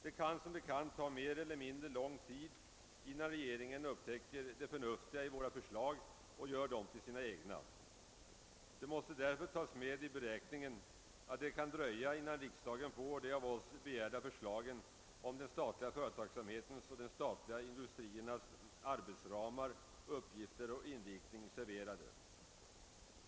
Det kan emellertid som bekant ta mer eller mindre lång tid innan regeringen upptäcker det förnuftiga i våra förslag och gör dem till sina egna. Man måste därför ha med i beräkningen att det kan dröja innan riksdagen erhåller de av oss begärda förslagen om den statliga företagsamhetens och de statliga industriernas arbetsramar, uppgifter och inriktning.